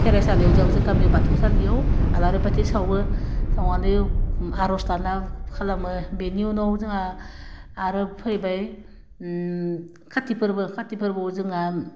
खेरायसालियाव जोंहाबो जों बाथौसालियाव आलारि बाथि सावयो सावनानै आरज गाबनाय खालामो बेनि उनाव जोंहा आरो फैबाय ओम खाथि फोरबो खाथि फोरबोयाव जोंहा